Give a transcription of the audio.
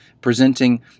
presenting